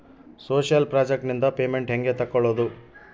Social project ನಿಂದ payment ಹೆಂಗೆ ತಕ್ಕೊಳ್ಳದು?